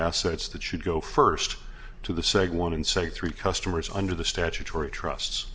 assets that should go first to the say one in say three customers under the statutory trust